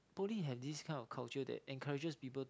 poly have this kind of culture that encourages people